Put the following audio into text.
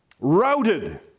routed